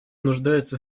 нуждается